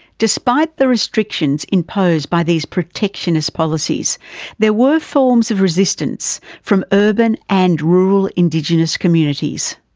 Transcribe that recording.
despite the restrictions imposed by these protectionist policies there were forms of resistance from urban and rural indigenous communities.